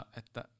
että